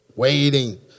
Waiting